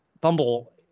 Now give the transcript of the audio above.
fumble